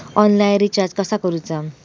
Online recharge कसा करूचा?